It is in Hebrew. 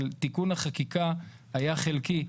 אבל תיקון החקיקה היה חלקי.